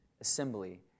Assembly